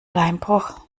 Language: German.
beinbruch